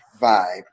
vibe